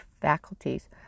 faculties